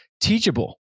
teachable